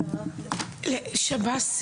שב"ס,